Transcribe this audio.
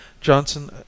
Johnson